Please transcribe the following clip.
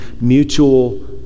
mutual